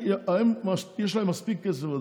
יש להם מספיק כסף,